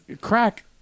crack